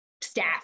staff